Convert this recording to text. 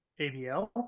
ABL